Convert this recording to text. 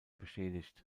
beschädigt